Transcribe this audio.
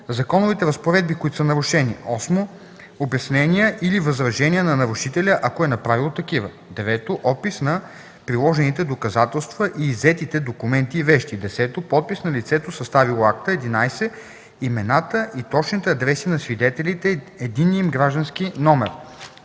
законовите разпоредби, които са нарушени; 8. обяснения или възражения на нарушителя, ако е направил такива; 9. опис на приложените доказателства и иззетите документи и вещи; 10. подпис на лицето, съставило акта; 11. имената и точните адреси на свидетелите, единния им граждански номер;